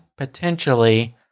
Potentially